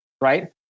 Right